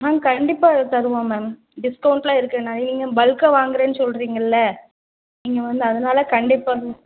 ஆ கண்டிப்பாக இது தருவோம் மேம் டிஸ்கவுண்ட்லாம் இருக்குது நான் நீங்கள் பல்க்காக வாங்குகிறேன்னு சொல்றீங்கள்ல நீங்கள் வந்து அதனால் கண்டிப்பாக